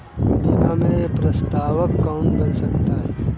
बीमा में प्रस्तावक कौन बन सकता है?